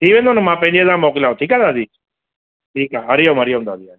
थी वेंदो न मां पंहिंजे लाइ मोकिलियांव ठीकु आहे दादी ठीकु आहे हरि ओम हरि ओम दादी